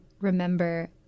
remember